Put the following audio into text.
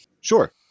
sure